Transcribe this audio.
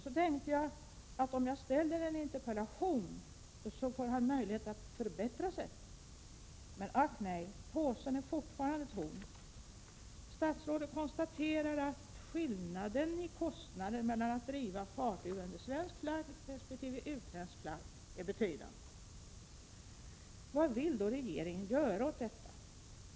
Så tänkte jag, att om jag framställer en interpellation, får han möjlighet att förbättra sig. Men ack nej, påsen är fortfarande tom. Statsrådet konstaterar: ”Skillnaden i kostnader mellan att driva fartyg under svensk resp. utländsk flagg är betydande.” Vad vill då regeringen göra åt detta?